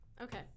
Okay